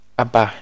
abba